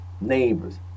neighbors